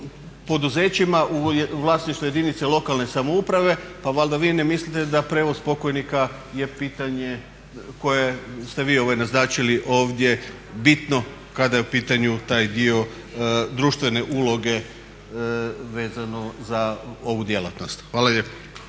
u vlasništvu jedinice lokalne samouprave. Pa valjda vi ne mislite da prijevoz pokojnika je pitanje koje ste vi naznačili ovdje bitno kada je u pitanju taj dio društvene uloge vezano za ovu djelatnost. Hvala lijepo.